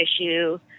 issue